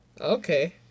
Okay